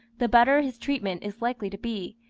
the better his treatment is likely to be,